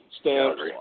Stamps